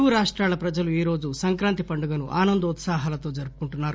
తెలుగు రాష్టాల ప్రజలు ఈరోజు సంక్రాంతి పండగను ఆనందోత్పహాలతో జరుపుకుంటున్నారు